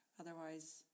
Otherwise